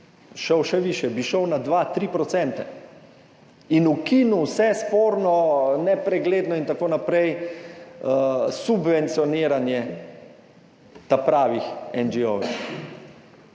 šel še višje, bi šel na 2 %, 3 % in ukinil vse sporno, nepregledno in tako naprej subvencioniranje ta pravih NGO-jev.